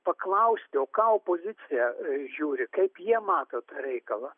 paklausti o ką opozicija žiūri kaip jie mato tą reikalą